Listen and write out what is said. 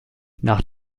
nach